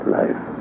life